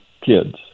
kids